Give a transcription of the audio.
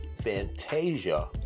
Fantasia